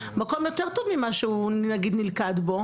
מקום יותר טוב ממה שהוא נלכד בו.